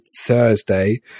Thursday